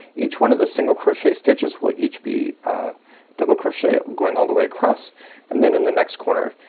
each one of the single crochet stitches will each be a double crochet. i'm going all the way across and then in the next corner,